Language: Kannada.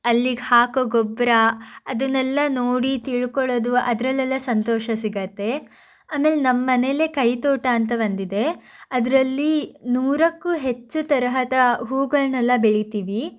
ಅಲ್ಲಿಗೆ ಹಾಕೋ ಗೊಬ್ಬರ ಅದನ್ನೆಲ್ಲ ನೋಡಿ ತಿಳ್ಕೊಳ್ಳೋದು ಅದರಲ್ಲೆಲ್ಲ ಸಂತೋಷ ಸಿಗತ್ತೆ ಆಮೇಲೆ ನಮ್ಮ ಮನೆಯಲ್ಲೇ ಕೈ ತೋಟ ಅಂತ ಒಂದಿದೆ ಅದರಲ್ಲಿ ನೂರಕ್ಕೂ ಹೆಚ್ಚು ತರಹದ ಹೂಗಳನ್ನೆಲ್ಲ ಬೆಳಿತೀವಿ